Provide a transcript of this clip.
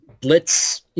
Blitz